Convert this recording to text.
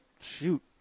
shoot